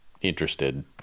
interested